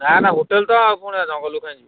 ନା ନା ହୋଟେଲ ତ ଆଉ କ'ଣ ଜଙ୍ଗଲ କାଇଁ ଯିବି